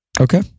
Okay